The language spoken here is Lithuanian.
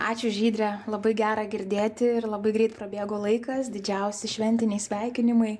ačiū žydre labai gera girdėti ir labai greit prabėgo laikas didžiausi šventiniai sveikinimai